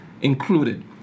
included